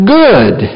good